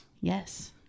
Yes